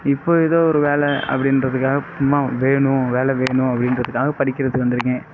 இப்போது ஏதோ ஒரு வேலை அப்படின்றதுக்காக சும்மா வேணும் வேலை வேணும் அப்படின்றதுக்காக படிக்கிறதுக்கு வந்திருக்கேன்